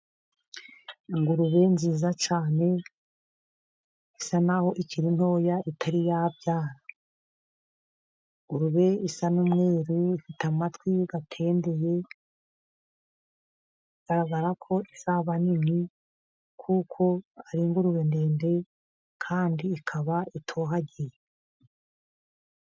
Ingurube nziza cyane isa nk’aho ikiri ntoya itari yabyara, ingurube isa n'umweru, ifite amatwi atendeye bigaragara ko izaba nini kuko ari ingurube ndende kandi ikaba itohagiye.